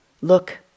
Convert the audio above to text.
look